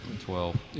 Twelve